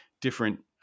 different